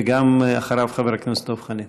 וגם, אחריו, חבר הכנסת דב חנין.